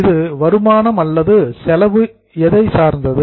இது வருமானம் அல்லது செலவு எதை சார்ந்தது